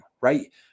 right